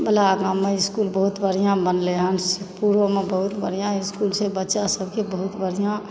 बलहा गाँवमे इस्कूल बहुत बढ़िआँ बनलय हन सुखपुरोमे बहुत बढ़िआँ इस्कूल छै बच्चा सभके बहुत बढ़िआँ